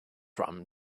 rum